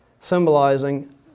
symbolizing